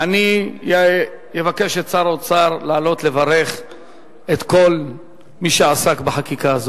אני אבקש משר האוצר לעלות לברך את כל מי שעסק בחקיקה הזאת.